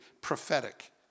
prophetic